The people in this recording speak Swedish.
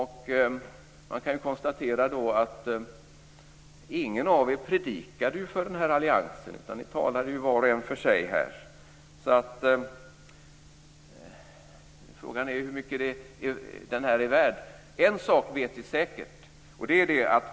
Men man kan konstatera att ingen av er predikade för den stora alliansen. Ni talade var och en för sig. Frågan är hur mycket den är värd. En sak vet vi säkert.